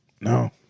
No